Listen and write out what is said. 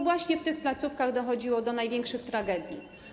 Właśnie w tych placówkach dochodziło do największych tragedii.